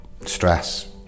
stress